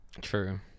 True